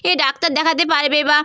এ doctor দেখাতে পারবে বা